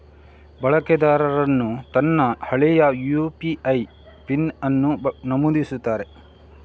ಬಳಕೆದಾರನು ತನ್ನ ಹಳೆಯ ಯು.ಪಿ.ಐ ಪಿನ್ ಅನ್ನು ನಮೂದಿಸುತ್ತಾನೆ